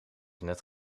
net